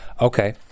Okay